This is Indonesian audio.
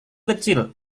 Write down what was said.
kecil